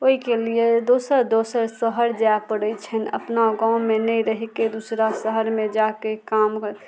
ओहिके लिए दोसर दोसर शहर जाए पड़ै छनि अपना गाँवमे नहि रहिके दूसरा शहरमे जाके काम